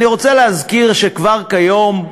אני רוצה להזכיר שכבר כיום,